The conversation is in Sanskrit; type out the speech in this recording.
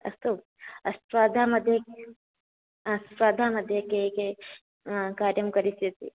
अस्तु अस्पर्धा मध्ये के स्पर्धा मध्ये के के कार्यं करिष्यति